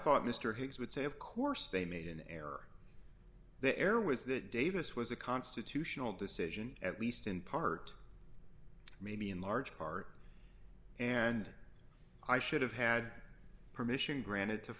thought mr hicks would say of course they made an error the error was that davis was a constitutional decision at least in part maybe in large part and i should have had permission granted to